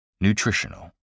Nutritional